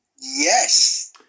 Yes